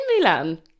Milan